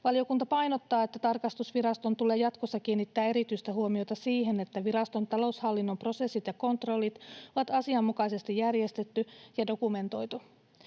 Valiokunta painottaa, että tarkastusviraston tulee jatkossa kiinnittää erityistä huomiota siihen, että viraston taloushallinnon prosessit ja kontrollit on asianmukaisesti järjestetty ja dokumentoitu.